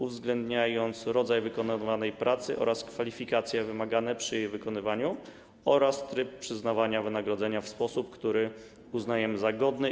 uwzględniając rodzaj wykonywanej pracy, kwalifikacje wymagane przy jej wykonywaniu oraz tryb przyznawania wynagrodzenia w sposób, który uznajemy za godny.